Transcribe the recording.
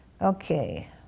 Okay